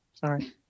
Sorry